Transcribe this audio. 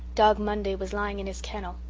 dog monday was lying in his kennel.